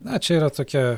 na čia yra tokia